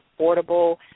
affordable